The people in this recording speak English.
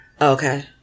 Okay